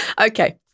Okay